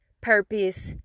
purpose